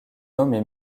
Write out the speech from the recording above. nommé